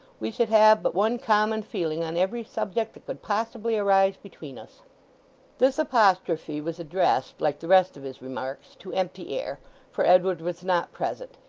we should have but one common feeling on every subject that could possibly arise between us this apostrophe was addressed, like the rest of his remarks, to empty air for edward was not present,